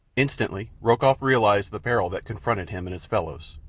instantly rokoff realized the peril that confronted him and his fellows.